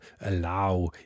allow